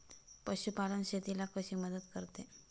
पशुपालन शेतीला कशी मदत करते?